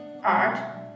art